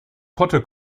potte